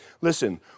Listen